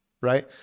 Right